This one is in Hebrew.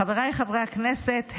חבריי חברי הכנסת,